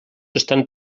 estan